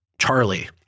Charlie